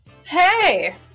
hey